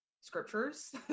scriptures